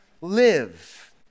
live